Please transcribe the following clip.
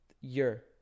year